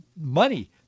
money